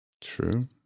True